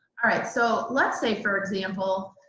alright, so let's say for example,